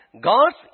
God's